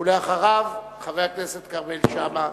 ואחריו, חבר הכנסת כרמל שאמה.